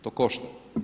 To košta.